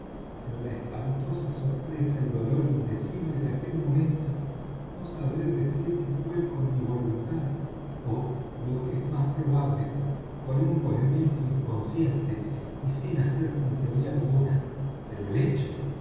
la espantosa sorpresa y dolor indecible de aquel momento no sabré decir si fué con mi voluntad ó lo que es más probable con un movimiento inconsciente y sin hacer puntería alguna pero el hecho